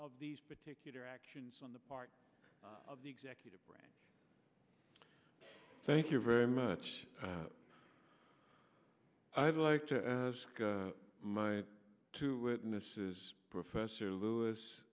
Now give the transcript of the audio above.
of these particular actions on the part of the executive branch thank you very much i'd like to my two witnesses professor lewis